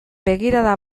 begirada